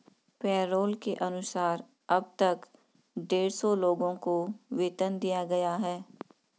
payroll के अनुसार अब तक डेढ़ सौ लोगों को वेतन दिया गया है